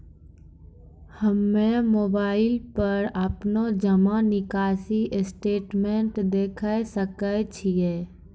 हम्मय मोबाइल पर अपनो जमा निकासी स्टेटमेंट देखय सकय छियै?